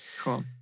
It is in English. Cool